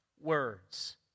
words